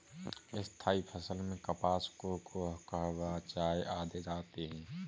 स्थायी फसल में कपास, कोको, कहवा, चाय आदि आते हैं